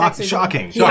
shocking